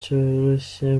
cyoroshye